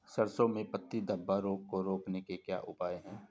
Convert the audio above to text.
सरसों में पत्ती धब्बा रोग को रोकने का क्या उपाय है?